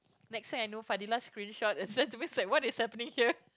next thing I know Fadilah screenshot and send to me said what is happening here